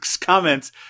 comments